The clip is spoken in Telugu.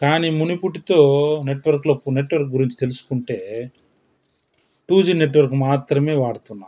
కాని మునుపుటితో నెట్వర్క్లో నెట్వర్క్ గురించి తెలుసుకుంటే టూ జీ నెట్వర్క్ మాత్రమే వాడుతున్నాం